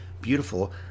beautiful